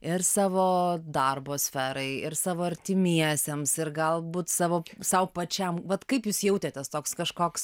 ir savo darbo sferai ir savo artimiesiems ir galbūt savo sau pačiam vat kaip jūs jautėtės toks kažkoks